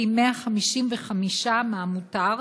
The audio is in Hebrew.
פי 155 מהמותר,